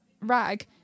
rag